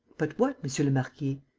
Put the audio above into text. but what, monsieur le marquis?